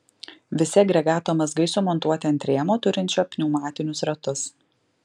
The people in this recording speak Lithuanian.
visi agregato mazgai sumontuoti ant rėmo turinčio pneumatinius ratus